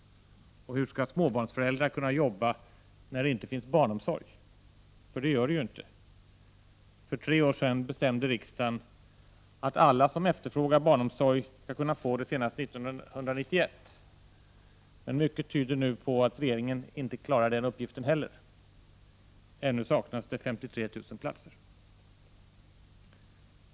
Och hur skall småbarnsföräldrar kunna jobba när det inte finns barnomsorg? För tre år sedan bestämde riksdagen att alla som efterfrågar barnomsorg skall få en plats senast 1991. Men mycket tyder nu på att regeringen inte klarar den uppgiften heller. Ännu saknas det 53 000 platser.